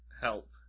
Help